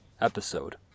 episode